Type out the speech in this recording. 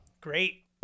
great